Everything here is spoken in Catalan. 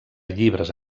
llibres